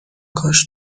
کاش